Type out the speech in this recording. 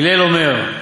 הלל אומר: